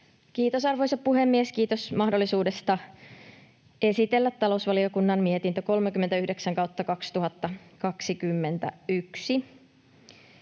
Kiitos, arvoisa puhemies! Kiitos mahdollisuudesta esitellä talousvaliokunnan mietintö 39/2021.